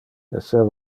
esseva